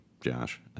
josh